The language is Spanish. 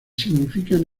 significan